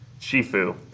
Shifu